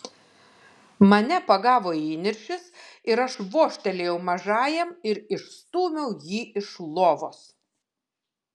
mane pagavo įniršis ir aš vožtelėjau mažajam ir išstūmiau jį iš lovos